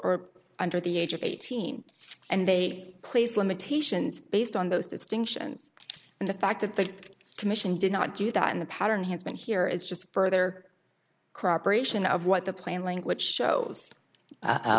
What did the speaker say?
or under the age of eighteen and they place limitations based on those distinctions and the fact that the commission did not do that and the pattern has been here is just further crop aeration of what the plain language shows